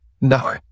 No